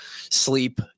sleep